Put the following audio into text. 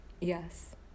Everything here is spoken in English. Yes